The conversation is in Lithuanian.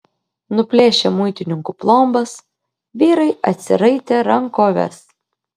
nuplėšę muitininkų plombas vyrai atsiraitė rankoves